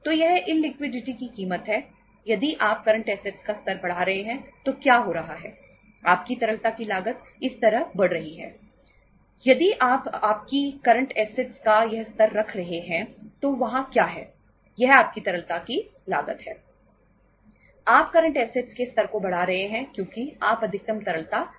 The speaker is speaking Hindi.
तो यह इललिक्विडिटी के स्तर को बढ़ा रहे हैं क्योंकि आप अधिकतम तरलता रखना चाहते हैं